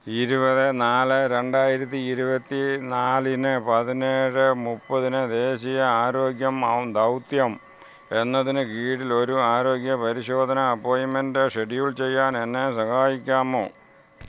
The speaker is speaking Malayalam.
ഇരുപത്തിനാല് രണ്ടായിരത്തി ഇരുപത്തി നാലിന് പതിനേഴ് മുപ്പതിന് ദേശീയ ആരോഗ്യ മൗ ദൗത്യം എന്നതിന് കീഴിൽ ഒരു ആരോഗ്യ പരിശോധന അപ്പോയിൻ്റ്മെൻ്റ് ഷെഡ്യൂൾ ചെയ്യാൻ എന്നെ സഹായിക്കാമോ